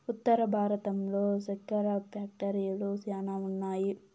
ఉత్తర భారతంలో సెక్కెర ఫ్యాక్టరీలు శ్యానా ఉన్నాయి